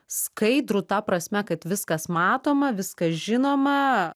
skaidrų ta prasme kad viskas matoma viskas žinoma